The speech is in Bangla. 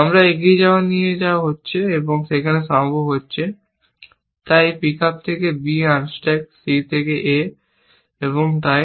আমরা এখানে এগিয়ে নিয়ে যাওয়া হচ্ছে এবং তাই সেখানে সম্ভব হবে তাই এই পিক আপ থেকে b আনস্ট্যাক c থেকে a এবং তাই